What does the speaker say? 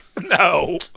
No